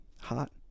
hot